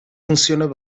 funciona